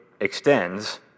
extends